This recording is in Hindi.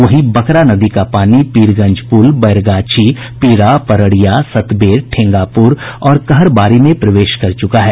वहीं बकरा नदी का पानी पीरगंज पुल बैरगाछी पीरा पररिया सतबेर ठेंगापुर और कहरबारी में प्रवेश कर चुका है